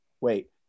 wait